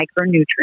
micronutrients